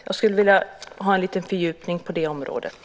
Jag skulle vilja ha en fördjupning på det området.